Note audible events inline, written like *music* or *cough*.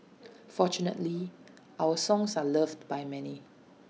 *noise* fortunately our songs are loved by many